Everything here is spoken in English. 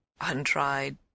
untried